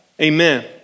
Amen